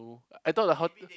I thought the hot~